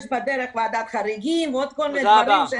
יש בדרך ועדת חריגים ועוד כל מיני דברים.